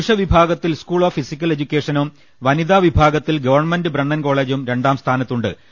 പുരുഷ വിഭാഗത്തിൽ school of physical എജുക്കേഷനും വനിതാവിഭാഗത്തിൽ ഗവൺമെന്റ് ബ്രണ്ണൻ കോളേജും രണ്ടാം സ്ഥാനത്തുണ്ട്